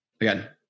Again